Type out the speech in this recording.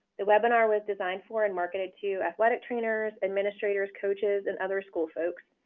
the webinar was designed for and marketed to athletic trainers, administrators, coaches, and other school folks.